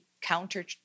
counter